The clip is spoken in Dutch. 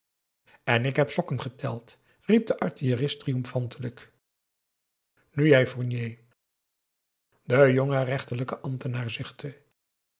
en ik heb sokken geteld riep de artillerist triomfantelijk nu jij fournier de jonge rechterlijke ambtenaar